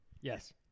Yes